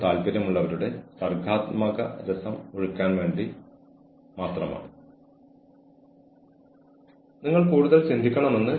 എല്ലാവരും ഒരേ സമൂഹത്തിൽ നിന്നോ ഒരേ ഭൂമിശാസ്ത്ര മേഖലയിൽ നിന്നോ ആയിരിക്കരുത് അതിനാൽ നിങ്ങൾ ഒരു പ്രത്യേക പ്രദേശത്തെ മാത്രം അനുകൂലിക്കുന്നതായി ആരോപിക്കപ്പെടരുത്